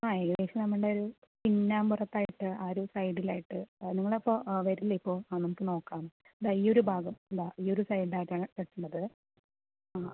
ആ ഏകദേശം നമ്മുടെയൊരു പിന്നാമ്പുറത്തായിട്ട് ആ ഒരു സൈഡിൽ ആയിട്ട് നിങ്ങളിപ്പോൾ വരില്ലേ ഇപ്പോൾ ആ നമുക്ക് നോക്കാം ദാ ഈ ഒരു ഭാഗം ദാ ഈ ഒരു സൈഡിലായിട്ടാണ് കെട്ടേണ്ടത് ആ